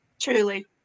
Truly